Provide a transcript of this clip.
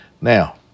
now